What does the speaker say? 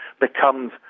becomes